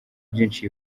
byinshi